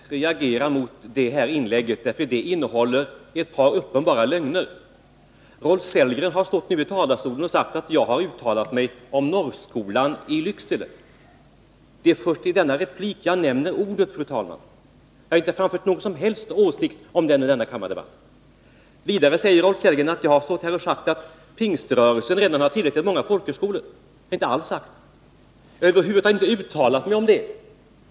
Fru talman! Jag måste verkligen reagera mot det här inlägget, därför att det innehåller ett par uppenbara lögner. Rolf Sellgren har stått i talarstolen och sagt att jag har uttalat mig om Norrskolan i Lycksele. Det är först i denna replik som jag nämner ordet, fru talman. Jag har inte framfört någon som helst åsikt om den skolan i denna kammardebatt. Vidare säger Rolf Sellgren att jag har stått här och sagt att Pingströrelsen redan har tillräckligt många folkhögskolor. Det har jag inte alls sagt. Jag har över huvud taget inte uttalat mig om det.